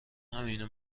همینو